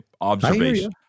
Observation